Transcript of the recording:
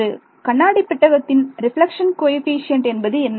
ஒரு கண்ணாடி பெட்டகத்தின் ரெப்லக்ஷன் கோஎஃபீஷியேன்ட் என்பது என்ன